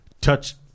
touch